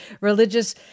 religious